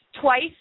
Twice